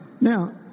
Now